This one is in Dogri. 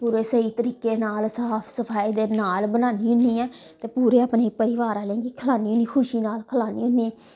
पूरे स्हेई तरीके नावल साफ सफाई दे नाल बनान्नी होन्नी ते पूरे अपने परिवार आह्लें गी खलान्नी होन्नी खुशी नाल खलानी होन्नी